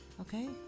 Okay